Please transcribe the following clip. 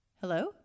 Hello